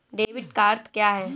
Debit का अर्थ क्या है?